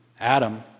Adam